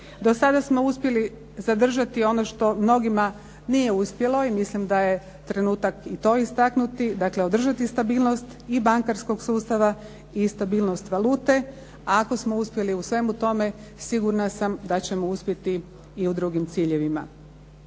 Do sada smo uspjeli zadržati ono što mnogima nije uspjelo i mislim da je trenutak i to istaknuti, dakle, održati stabilnost i bankarskog sustava i stabilnost valute, a ako smo uspjeli u svemu tome, sigurna sam da ćemo uspjeti i u drugim ciljevima.